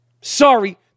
Sorry